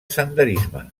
senderisme